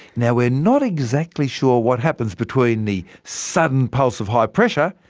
now we're not exactly sure what happens between the sudden pulse of high pressure,